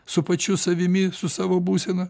su pačiu savimi su savo būsena